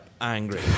angry